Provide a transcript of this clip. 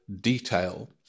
detail